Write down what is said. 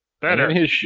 Better